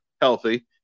healthy